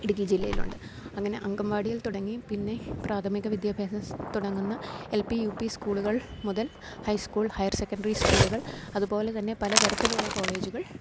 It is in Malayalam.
ഇടുക്കി ജില്ലയിലുണ്ട് അങ്ങനെ അംഗന്വാടിയിൽ തുടങ്ങി പിന്നെ പ്രാഥമിക വിദ്യാഭ്യാസം തുടങ്ങുന്ന എൽ പി യു പി സ്കൂളുകൾ മുതൽ ഹൈ സ്കൂൾ ഹയർ സെക്കൻഡറി സ്കൂളുകൾ അതുപോലെ തന്നെ പലതരത്തിലുള്ള കോളേജുകൾ